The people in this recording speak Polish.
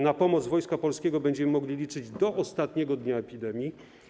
Na pomoc Wojska Polskiego będziemy mogli liczyć do ostatniego dnia epidemii.